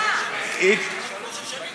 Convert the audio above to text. מפני שהשתכרתם מזה שייקחו לו את הגלאט-כשר.